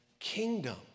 Kingdom